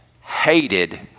hated